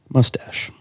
Mustache